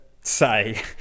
say